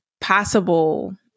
possible